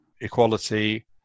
equality